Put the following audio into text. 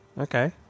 Okay